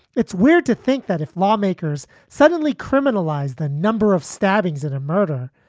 it's weird to think that if lawmakers suddenly criminalize the number of stabbings and a murder,